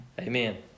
Amen